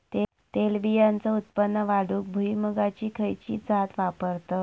तेलबियांचा उत्पन्न वाढवूक भुईमूगाची खयची जात वापरतत?